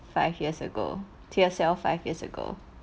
five years ago to yourself five years ago